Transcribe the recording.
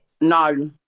no